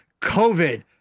COVID